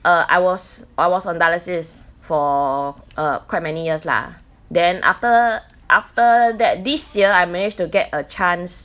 err I was I was on dialysis for err quite many years lah then after after that this year I managed to get a chance